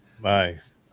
Nice